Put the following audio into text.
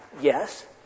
yes